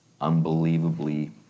unbelievably